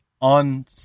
on